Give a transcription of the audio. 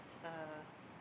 uh